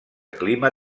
clima